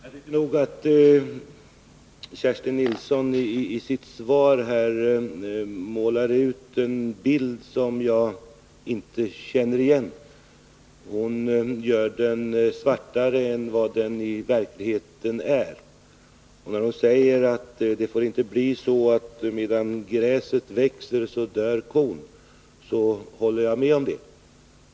Herr talman! Jag tycker nog att Kerstin Nilsson i sitt svar målar en bild som jag inte känner igen. Hon gör den svartare än vad den i verkligheten är. När hon säger att det inte får bli så, att medan gräset växer, dör kon, håller jag med om det.